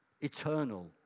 eternal